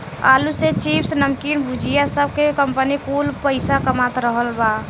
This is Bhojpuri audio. आलू से चिप्स, नमकीन, भुजिया सब बना के कंपनी कुल पईसा कमा रहल बा